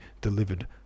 delivered